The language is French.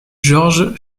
george